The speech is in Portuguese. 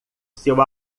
seu